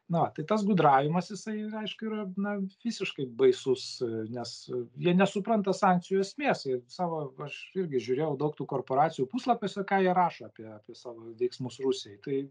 nu va tai tas gudravimas jisai aišku yra na visiškai baisus nes jie nesupranta sankcijos mėsai savo aš irgi žiūrėjau daug tų korporacijų puslapiuose ką jie rašo apie savo veiksmus rusijai tai